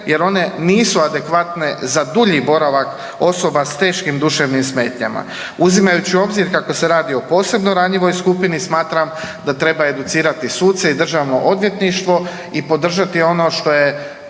jer one nisu adekvatne za dulji boravak osoba s teškim duševnim smetnjama. Uzimajući u obzir kako se radi o posebno ranjivoj skupini smatram da treba educirati suce i državno odvjetništvo i podržati ono što je